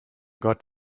gott